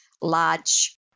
large